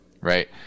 right